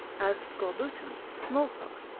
as scorbutum, small-pox,